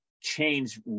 change